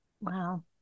Wow